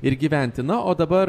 ir gyventi na o dabar